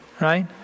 right